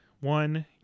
one